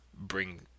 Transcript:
bring